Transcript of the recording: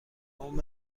قوم